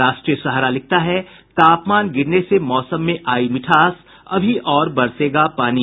राष्ट्रीय सहारा लिखता है तापमान गिरने से मौसम में आई मिठास अभी और बरसेगा पानी